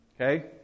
Okay